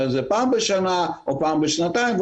זה פעם בשנה או פעם בשנתיים,